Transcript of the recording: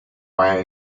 via